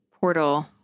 portal